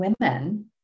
women